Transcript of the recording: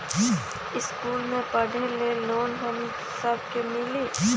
इश्कुल मे पढे ले लोन हम सब के मिली?